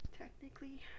technically